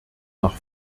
nach